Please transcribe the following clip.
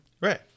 Right